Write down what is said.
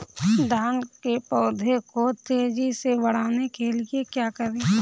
धान के पौधे को तेजी से बढ़ाने के लिए क्या करें?